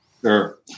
Sure